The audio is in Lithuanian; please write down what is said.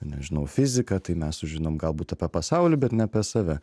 nežinau fiziką tai mes sužinom galbūt apie pasaulį bet ne apie save